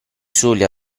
soli